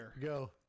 Go